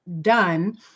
done